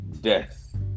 death